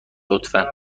لطفا